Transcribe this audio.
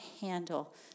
handle